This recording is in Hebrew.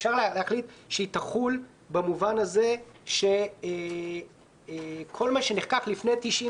אפשר להחליט שהיא תחול במובן הזה שכל מה שנחקק לפני 92'